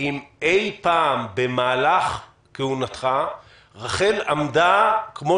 אם אי פעם במהלך כהונתך רח"ל עמדה כמו